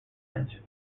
edge